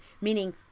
Meaning